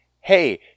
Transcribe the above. hey